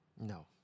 No